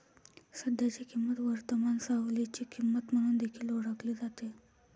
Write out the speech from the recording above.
सध्याची किंमत वर्तमान सवलतीची किंमत म्हणून देखील ओळखली जाते